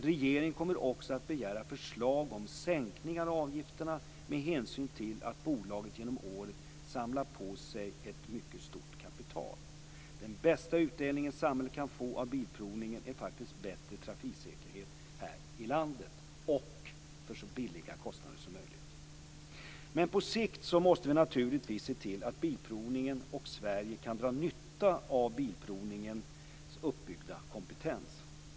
Regeringen kommer också att begära förslag om sänkningar av avgifterna med hänsyn till att bolaget genom åren samlat på sig ett mycket stort kapital. Den bästa utdelningen som samhället kan få av Svensk Bilprovning är faktiskt bättre trafiksäkerhet här i landet till så låga kostnader som möjligt. På sikt måste vi naturligtvis se till att Svensk Bilprovning och Sverige kan dra nytta av företagets uppbyggda kompetens.